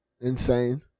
Insane